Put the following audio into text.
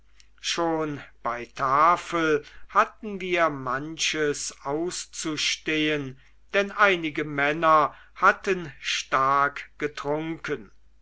schon bei tafel hatten wir manches auszustehen denn einige männer hatten stark getrunken